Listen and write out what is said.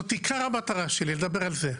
זאת עיקר המטרה שלי, אני מדבר על זה.